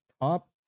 top